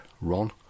Ron